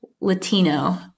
Latino